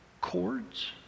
Chords